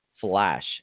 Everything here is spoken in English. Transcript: flash